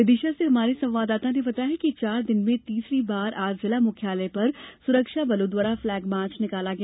विदिशा से हमारे संवाददाता ने बताया है कि चार दिन में तीसरी बार आज जिला मुख्यालय पर सुरक्षाबलों द्वारा फ्लेगमार्च किया गया